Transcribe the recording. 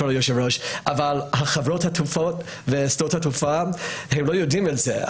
כבוד היושב-ראש חברות התעופה ושדות התעופה לא יודעים את זה,